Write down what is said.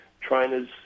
trainers